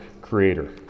creator